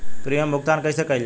Premium भुगतान कइसे कइल जाला?